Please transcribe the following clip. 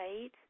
right